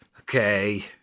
Okay